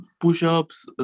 push-ups